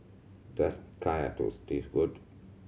does Kaya Toast taste good